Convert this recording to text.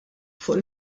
fuq